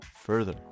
further